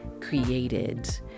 created